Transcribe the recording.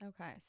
Okay